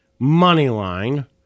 Moneyline